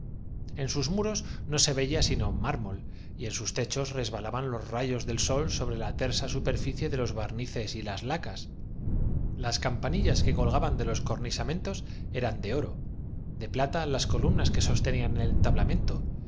en sus muros no se veía por su parte silencioso como un marmolillo sólo tenía sino mármol y en sus techos resbalaban los rayos del puesta su imaginación en su proyecto que era desem sol sobre la tersa superficie de los barnices y las lacas barcar en una época de oscurantismo y de autocracia las campanillas que colgaban de los cornisamentos donde la arbitrariedad de las leyes le permitiera obli eran de oro de plata las columnas que sostenían el